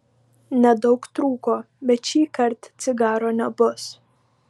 nedaug trūko bet šįkart cigaro nebus